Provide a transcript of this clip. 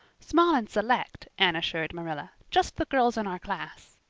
small and select, anne assured marilla. just the girls in our class.